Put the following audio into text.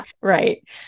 right